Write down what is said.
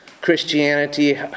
Christianity